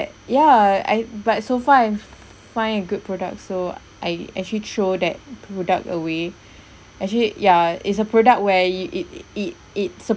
ya I but so far I've find a good product so I actually throw that product away actually ya is a product way it it it